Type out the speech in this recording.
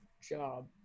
job